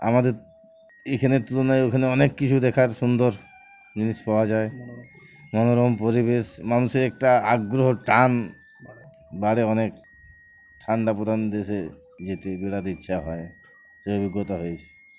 আমাদের এইখানের তুলনায় ওইখানে অনেক কিছু দেখার সুন্দর জিনিস পাওয়া যায় মনোরম পরিবেশ মানুষের একটা আগ্রহ টান বাড়ে অনেক ঠান্ডা প্রধান দেশে যেতে বিরাট ইচ্ছা হয় সে অভিজ্ঞতা হয়েছে